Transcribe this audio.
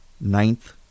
ninth